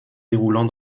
déroulant